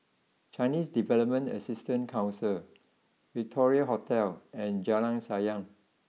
Chinese Development Assistance Council Victoria Hotel and Jalan Sayang